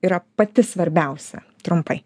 yra pati svarbiausia trumpai